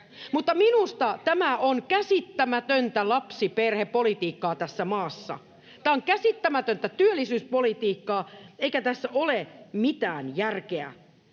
minusta tämä on käsittämätöntä lapsiperhepolitiikkaa tässä maassa. Tämä on käsittämätöntä työllisyyspolitiikkaa, eikä tässä ole mitään järkeä.